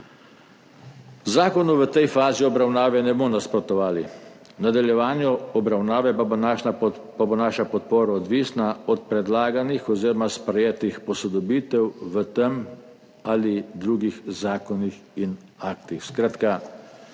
Zakonu v tej fazi obravnave ne bomo nasprotovali, v nadaljevanju obravnave pa bo naša podpora odvisna od predlaganih oziroma sprejetih posodobitev v tem ali drugih zakonih in aktih.